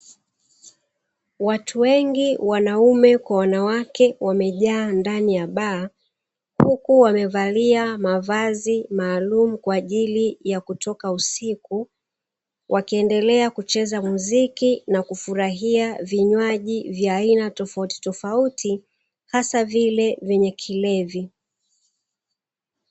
Watu wengi wanaume kwa wanawake, wamejaa ndani ya baa,, huku wamevalia mavazi maalumu kwa ajili ya kutoka usiku. Wakiendelea kucheza muziki na kufurahia vinywaji vya aina tofauti tofauti hasa vile vyenye kilevi.